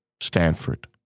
Stanford